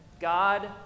God